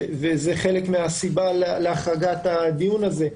וזה חלק מהסיבה להחרגת הדיון הזה.